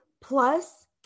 plus